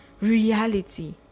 reality